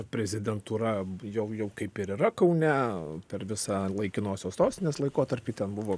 prezidentūra jau jau kaip ir yra kaune per visą laikinosios sostinės laikotarpį ten buvo